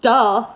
Duh